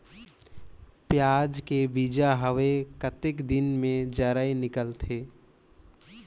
पियाज के बीजा हवे कतेक दिन मे जराई निकलथे?